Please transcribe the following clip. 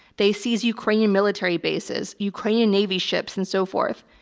they seize ukrainian military bases, ukrainian navy ships and so forth.